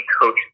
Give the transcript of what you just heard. coach